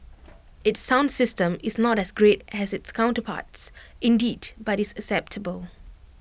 its sound system is not as great as its counterparts indeed but IT is acceptable